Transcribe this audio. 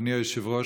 אדוני היושב-ראש,